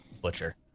butcher